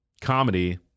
comedy